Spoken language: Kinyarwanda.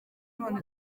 none